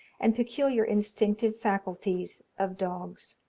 and peculiar instinctive faculties of dogs.